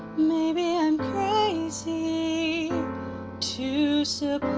maybe i'm crazy to